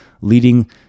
leading